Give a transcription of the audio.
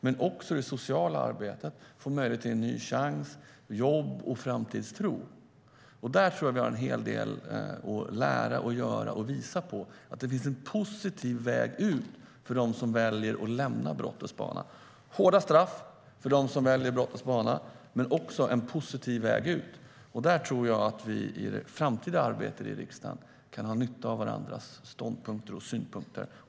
Det handlar också om det sociala arbetet, om att få en ny chans, jobb och framtidstro. Här har vi en hel del att lära oss och göra. Vi måste visa att det finns en positiv väg ut för dem som väljer att lämna brottets bana. Det ska vara hårda straff för dem som väljer brottets bana, men det ska också finnas en positiv väg ut. Här tror jag att vi i det framtida arbetet i riksdagen kan ha nytta av varandras ståndpunkter och synpunkter.